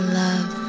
love